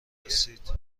رسید